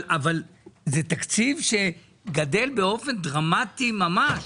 אבל זה תקציב שגדל באופן דרמטי ממש.